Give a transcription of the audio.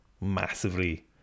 massively